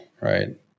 right